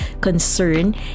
concern